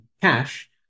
cash